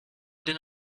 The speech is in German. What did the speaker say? den